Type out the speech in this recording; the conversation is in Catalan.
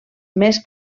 més